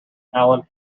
alan